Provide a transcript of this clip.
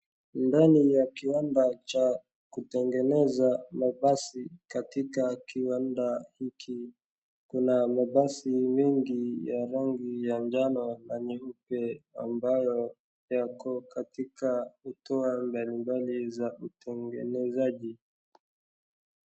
Ndani ni ya kiwanda cha kutegeneza mabasi katika kiwanda hiki. Kuna mabasi mengi ya rangi ya njano na nyeupe ambayo yako katika hatua mbalimbali za utegenezaji.